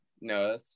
No